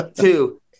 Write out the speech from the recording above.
Two